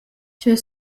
tgei